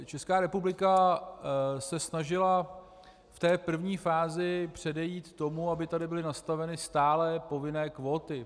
Česká republika se snažila v první fázi předejít tomu, aby tady byly nastaveny stálé povinné kvóty.